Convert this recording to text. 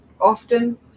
often